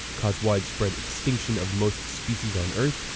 cause widespread extinction of most species on earth,